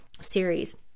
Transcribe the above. series